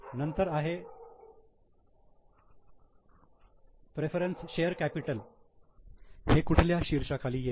नंतर आहे preference share capital हे कुठल्या शीर्षा खाली येईल